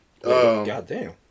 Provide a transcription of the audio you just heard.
Goddamn